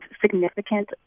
significant